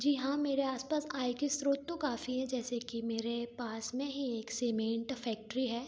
जी हाँ मेरे आसपास आय के स्रोत तो काफ़ी हैं जैसे कि मेरे पास में ही एक सीमेंट फैक्ट्री है